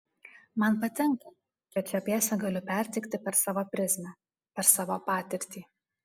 man patinka kad šią pjesę galiu perteikti per savo prizmę per savo patirtį